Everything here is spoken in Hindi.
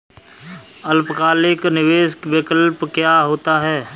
अल्पकालिक निवेश विकल्प क्या होता है?